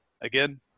again